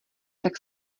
tak